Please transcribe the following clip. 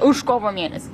už kovo mėnesį